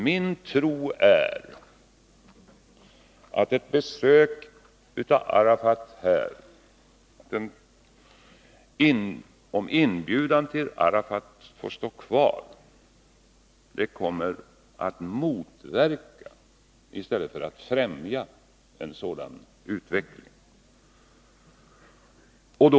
Min tro är, fru talman, att om inbjudan till Arafat får stå kvar, så kommer det att motverka i stället för att främja en sådan utveckling.